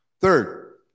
Third